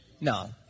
No